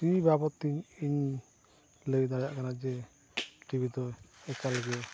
TV ᱵᱟᱵᱚᱫᱛᱮ ᱤᱧ ᱞᱟᱹᱭ ᱫᱟᱲᱮᱭᱟᱜ ᱠᱟᱱᱟ ᱡᱮ ᱴᱤᱵᱷᱤ ᱫᱚ ᱮᱠᱟᱞ ᱜᱮ